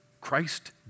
Christ